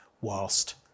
whilst